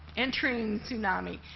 entering tsunami.